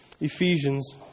Ephesians